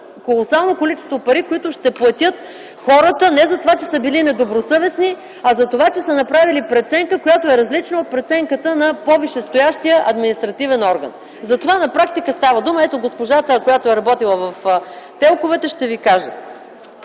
колосално количество пари, които ще платят хората не за това, че са били недобросъвестни, а за това, че са направили преценка, която е различна от преценката на по-висшестоящия административен орган. На практика става дума за това. Ето госпожата, която е работила в ТЕЛК-овете, ще ви каже.